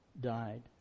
died